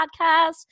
podcast